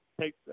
take